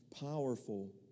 powerful